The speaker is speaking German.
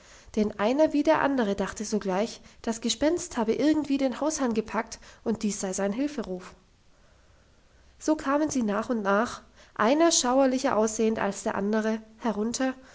denn einer wie der andere dachte sogleich das gespenst habe irgendwie den hausherrn gepackt und dies sei sein hilferuf so kamen sie nach und nach einer schauerlicher aussehend als der andere herunter